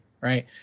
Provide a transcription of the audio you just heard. right